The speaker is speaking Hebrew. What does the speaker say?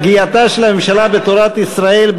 פגיעתה של הממשלה בתורת ישראל,